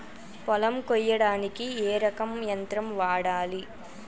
పొలం కొయ్యడానికి ఏ రకం యంత్రం వాడాలి?